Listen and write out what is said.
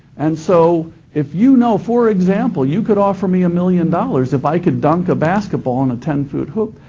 and so if you know, for example, you could offer me a million dollars if i could dunk a basketball in a ten foot hoop,